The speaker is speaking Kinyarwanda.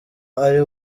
ari